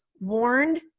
warned